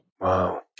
Wow